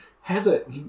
Heather